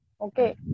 Okay